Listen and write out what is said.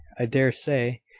i dare say,